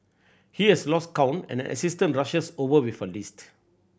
he has lost count and an assistant rushes over with a list